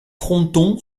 fronton